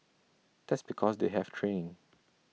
that's because they have training